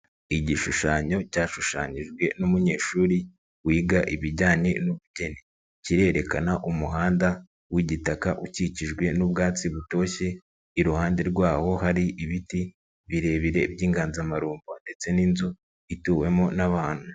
Igishushanyo cyashushanyijwe n'umunyeshuri wiga ibijyanye n'ubugeni, kirerekana umuhanda w'igitaka ukikijwe n'ubwatsi butoshye, iruhande rwawo hari ibiti birebire by'inganzamarumbo ndetse n'inzu ituwemo n'abantu.